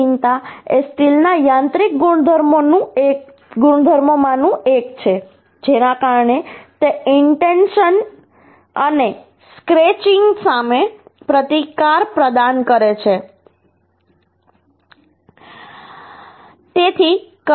કઠિનતા એ સ્ટીલના યાંત્રિક ગુણધર્મોમાંનું એક છે જેના કારણે તે ઇન્ડેન્ટેશન અને સ્ક્રેચીંગ સામે પ્રતિકાર પ્રદાન કરે છે